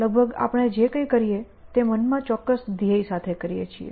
લગભગ આપણે જે કંઇ કરીએ છીએ તે મન માં ચોક્કસ ધ્યેય સાથે કરીએ છીએ